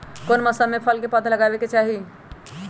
कौन मौसम में फल के पौधा लगाबे के चाहि?